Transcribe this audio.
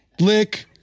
lick